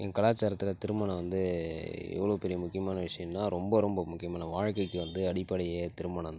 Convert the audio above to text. எங்கள் கலாச்சாரத்தில் திருமணம் வந்து எவ்வளோ பெரிய முக்கியமான விஷயம்னா ரொம்ப ரொம்ப முக்கியமான நம்ம வாழ்க்கைக்கு வந்து அடிப்படையே திருமணம் தான்